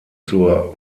zur